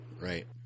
Right